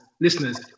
listeners